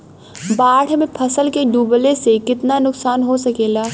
बाढ़ मे फसल के डुबले से कितना नुकसान हो सकेला?